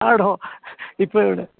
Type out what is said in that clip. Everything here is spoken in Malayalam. ആണോ ഇപ്പോൾ എവിടാ